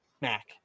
Mac